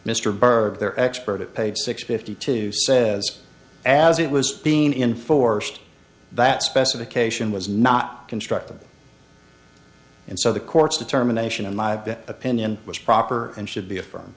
their expert at page six fifty two says as it was being enforced that specification was not constructed and so the court's determination in my opinion was proper and should be a firm